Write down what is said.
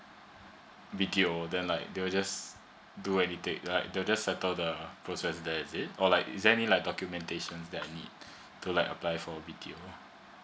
B_T_O then like they will just do anything like they will just settle the process there is it or like is there any like documentations that i need to like apply for B_T_O